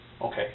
Okay